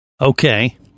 Okay